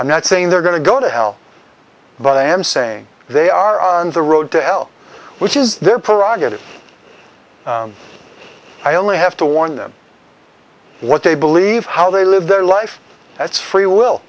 i'm not saying they're going to go to hell but i am saying they are on the road to hell which is their prerogative i only have to warn them what they believe how they live their life that's free will